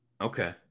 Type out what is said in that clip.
Okay